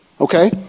Okay